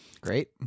Great